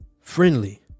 friendly